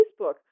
Facebook